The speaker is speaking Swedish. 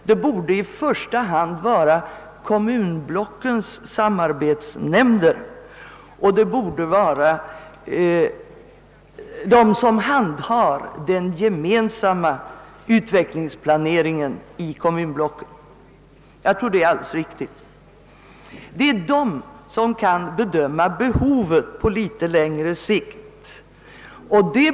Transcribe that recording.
Den borde i första hand rikta sig till kommunblockens samarbetsnämnder och dem som handhar den gemensamma utvecklingsplaneringen i kommunblocken. De kan nämligen bedöma behovet på litet längre sikt.